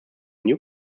new